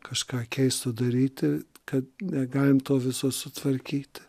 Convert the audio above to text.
kažką keist sudaryti kad negalim to viso sutvarkyti